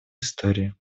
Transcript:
истории